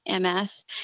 MS